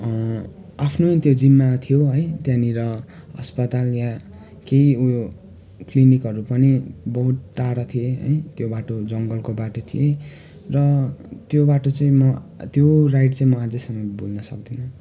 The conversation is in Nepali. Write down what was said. आफ्नै त्यो जिम्मा थियो है त्यहाँनिर अस्पताल या केही उयो क्लिनिकहरू पनि बहुत टाढा थिए है त्यो बाटो जङ्गलको बाटो चाहिँ र त्यो बाटो चाहिँ म त्यो राइड चाहिँ म अझैसम्म भुल्न सक्दिनँ